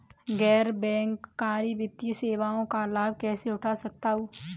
गैर बैंककारी वित्तीय सेवाओं का लाभ कैसे उठा सकता हूँ?